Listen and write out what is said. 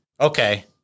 okay